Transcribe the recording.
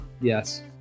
Yes